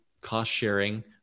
cost-sharing